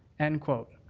end quote.